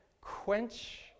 quench